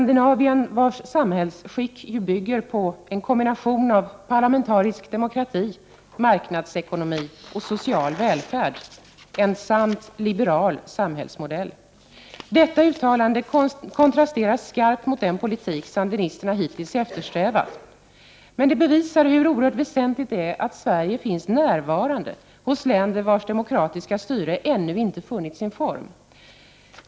Dess samhällsskick bygger på en kombination av parlamentarisk demokrati, marknadsekonomi och social välfärd — en sann, liberal samhällsmodell. Detta uttalande kontrasterar skarpt mot den politik sandinisterna hittills har eftersträvat, men det bevisar hur oerhört väsentligt det är att Sverige finns närvarande hos länder vilkas demokratiska styre ännu inte funnit sin form.